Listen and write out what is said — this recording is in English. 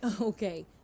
Okay